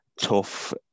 tough